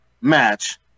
match